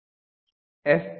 So 2 into 10 12 into 0